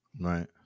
Right